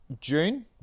June